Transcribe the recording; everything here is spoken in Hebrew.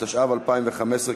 התשע"ו 2015,